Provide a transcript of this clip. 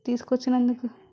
తీసుకొచ్చినందుకు